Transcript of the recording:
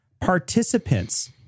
participants